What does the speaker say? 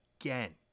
again